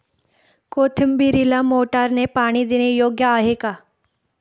कोथिंबीरीला मोटारने पाणी देणे योग्य आहे का?